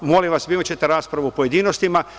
Molim vas, imaćete raspravu u pojedinostima.